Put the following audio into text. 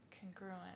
congruent